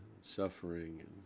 suffering